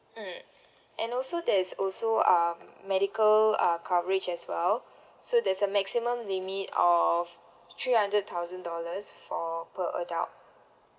mm and also there's also um medical uh coverage as well so there's a maximum limit of three hundred thousand dollars for per adult